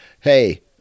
Hey